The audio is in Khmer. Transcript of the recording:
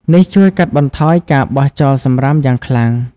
នេះជួយកាត់បន្ថយការបោះចោលសំរាមយ៉ាងខ្លាំង។